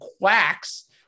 quacks